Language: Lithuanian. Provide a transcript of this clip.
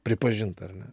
pripažinta ar ne